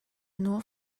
nur